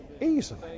Easily